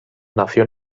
nació